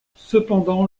cependant